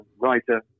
writer